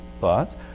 thoughts